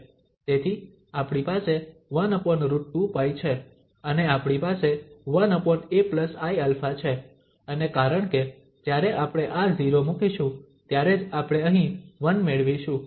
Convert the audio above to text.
તેથી આપણી પાસે 1√2π છે અને આપણી પાસે 1aiα છે અને કારણ કે જ્યારે આપણે આ 0 મુકીશું ત્યારે જ આપણે અહીં 1 મેળવીશું